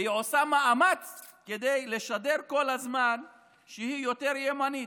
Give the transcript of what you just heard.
והיא עושה מאמץ כדי לשדר כל הזמן שהיא יותר ימנית,